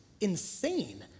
insane